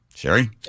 Sherry